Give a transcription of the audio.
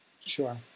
Sure